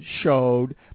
showed